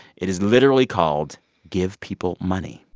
it is literally called give people money.